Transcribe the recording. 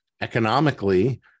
economically